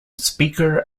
speaker